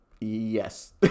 yes